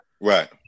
Right